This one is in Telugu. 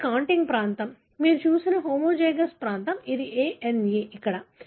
ఇది కాంటిగ్ ప్రాంతం మీరు చూసిన హోమోజైగస్ ప్రాంతం ఇది A N E ఇక్కడ